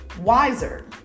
wiser